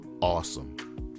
awesome